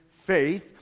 faith